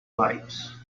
lights